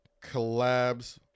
collabs